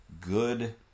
good